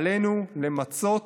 עלינו למצות